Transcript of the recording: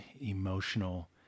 emotional